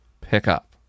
pickup